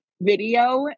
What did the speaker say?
video